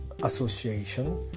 association